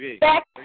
Back